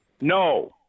No